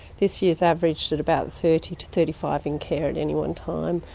this year has averaged at about thirty to thirty five in care at any one time,